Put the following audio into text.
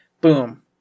boom